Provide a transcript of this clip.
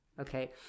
okay